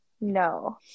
no